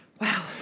Wow